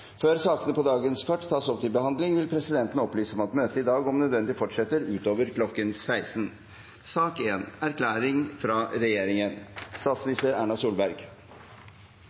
Før sakene på dagens kart tas opp til behandling, vil presidenten opplyse om at møtet i dag om nødvendig fortsetter utover